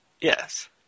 Yes